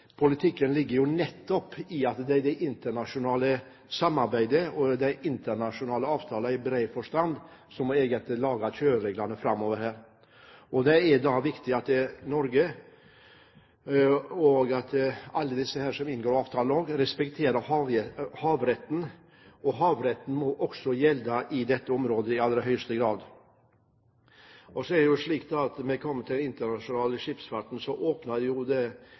Politikken ligger jo nettopp i at det er det internasjonale samarbeidet, og de internasjonale avtalene – i bred forstand – som egentlig må lage kjørereglene framover her. For Norge er det viktig at alle, også de som inngår avtalene, respekterer havretten, og havretten må også gjelde i dette området, i aller høyeste grad. Og hvis, eller når, den tid kommer at internasjonal skipsfart åpner trafikk over nordområdene også i andre tidsintervall enn vi har i dag, bl.a. sommerstid, må de internasjonale